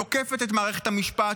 תוקפת את מערכת המשפט,